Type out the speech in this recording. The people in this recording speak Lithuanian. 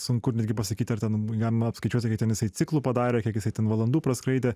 sunku netgi pasakyti ar ten jam apskaičiuoti kiek jisai ten ciklų padarė kiek jisai ten valandų praskraidė